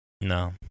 No